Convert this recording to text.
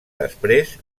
després